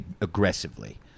aggressively